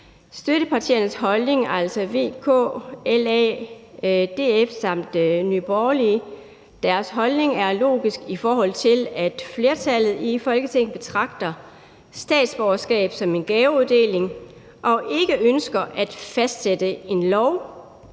Støttepartiernes holdning, altså V, K, LA, DF samt Nye Borgerlige, er logisk, i forhold til at flertallet i Folketinget betragter tildeling af statsborgerskab som en gaveuddeling og ikke ønsker at fastsætte en lov